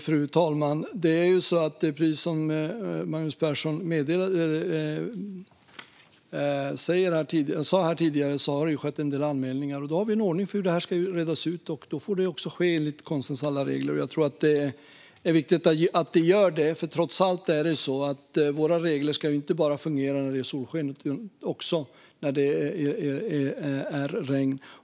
Fru talman! Precis som Magnus Persson sa här tidigare har det gjorts en del anmälningar. Då har vi en ordning för hur det ska redas ut, och då får det också ske enligt konstens alla regler. Jag tror att det är viktigt att det görs på det viset, för trots allt ska våra regler inte bara fungera när det är solsken utan också när det regnar.